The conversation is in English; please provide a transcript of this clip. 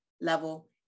level